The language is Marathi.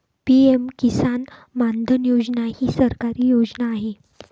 पी.एम किसान मानधन योजना ही सरकारी योजना आहे